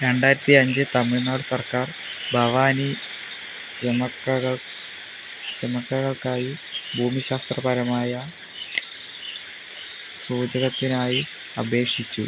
രണ്ടായിരത്തി അഞ്ച് തമിഴ്നാട് സർക്കാർ ഭവാനി ജമക്കകൾ ജമക്കകൾക്കായി ഭൂമിശാസ്ത്രപരമായ സൂചകത്തിനായി അപേക്ഷിച്ചു